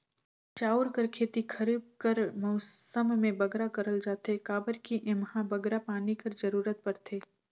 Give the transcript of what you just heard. चाँउर कर खेती खरीब कर मउसम में बगरा करल जाथे काबर कि एम्हां बगरा पानी कर जरूरत परथे